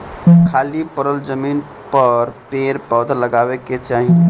खाली पड़ल जमीन पर पेड़ पौधा लगावे के चाही